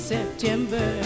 September